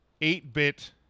eight-bit